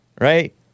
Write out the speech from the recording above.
right